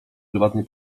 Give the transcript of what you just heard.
prywatnej